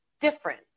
different